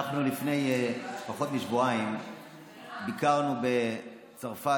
אנחנו לפני פחות משבועיים ביקרנו בצרפת